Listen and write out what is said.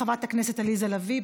חברת הכנסת עליזה לביא,